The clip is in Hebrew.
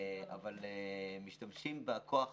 אבל משתמשים בכוח אדם,